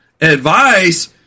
advice